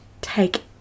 take